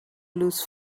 lose